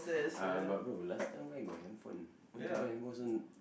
uh but bro last time where got handphone want to buy handphone also